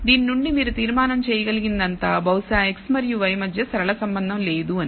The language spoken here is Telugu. దీని నుండి మీరు తీర్మానం చేయగలిగినదంతా బహుశా x మరియు y మధ్య సరళ సంబంధం లేదు అని